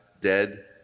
dead